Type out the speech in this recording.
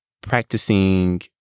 practicing